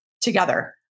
together